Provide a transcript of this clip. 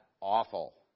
awful